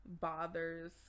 bothers